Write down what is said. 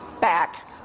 back